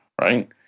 right